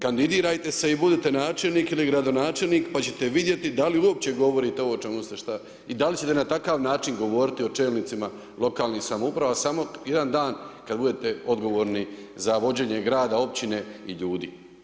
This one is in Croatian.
Kandidirajte i budite načelnik ili gradonačelnik pa ćete vidjeti da li uopće govorite ovo o čemu ste i da li ćete na takav način govoriti o čelnicima lokalnih samouprava samo jedan dan kada budete odgovorni za vođenje grada, općine i ljudi.